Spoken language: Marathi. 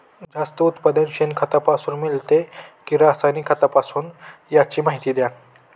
जास्त उत्पादन शेणखतापासून मिळते कि रासायनिक खतापासून? त्याची माहिती द्या